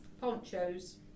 Ponchos